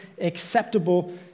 acceptable